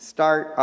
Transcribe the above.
Start